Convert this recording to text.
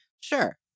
sure